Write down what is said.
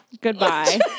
goodbye